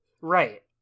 Right